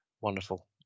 Wonderful